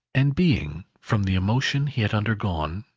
and being, from the emotion he had undergone,